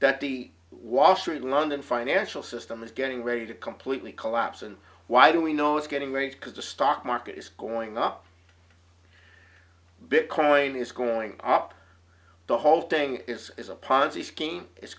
that the wall street london financial system is getting ready to completely collapse and why do we know it's getting raped because the stock market is going up because wayne is going up the whole thing is is a ponzi s